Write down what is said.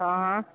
ہاں ہاں